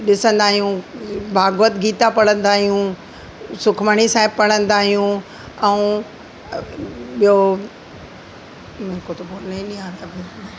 ॾिसंदा आहियूं भागवत गीता पढ़ंदा आहियूं सुखमणी साहिब पढ़ंदा आहियूं ऐं ॿियो हम को तो बोलने ही नही आ रा भई